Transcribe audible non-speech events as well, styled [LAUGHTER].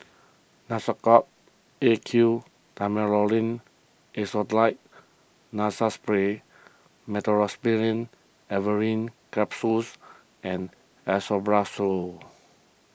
Nasacort A Q [UNINTELLIGIBLE] Acetonide Nasal Spray Meteospasmyl Alverine Capsules and Esomeprazole